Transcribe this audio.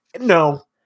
No